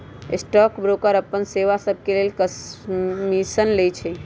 stock broker अप्पन सेवा सभके लेल कमीशन लइछइ